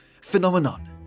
phenomenon